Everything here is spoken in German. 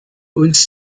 uns